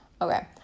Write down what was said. Okay